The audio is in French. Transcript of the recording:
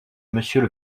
monsieur